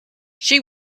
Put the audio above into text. she